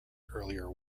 earlier